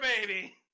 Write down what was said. baby